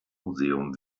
museum